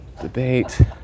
debate